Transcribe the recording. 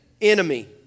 enemy